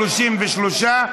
33,